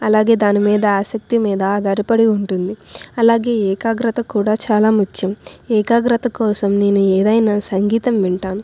అలాగే దానిమీద ఆసక్తి మీద ఆధారపడి ఉంటుంది అలాగే ఏకాగ్రత కూడా చాలా ముఖ్యం ఏకాగ్రత కోసం నేను ఏదైన సంగీతం వింటాను